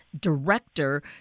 director